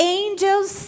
angels